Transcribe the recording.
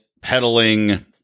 peddling